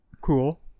cool